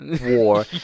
war